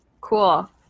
Cool